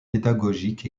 pédagogique